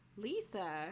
Lisa